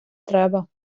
треба